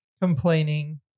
complaining